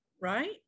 right